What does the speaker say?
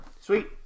Sweet